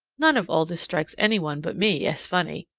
none of all this strikes any one but me as funny.